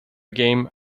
game